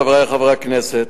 חברי חברי הכנסת,